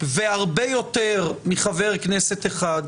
והרבה יותר מחבר כנסת אחד,